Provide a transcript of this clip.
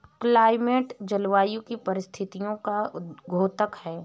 climate जलवायु की परिस्थितियों का द्योतक है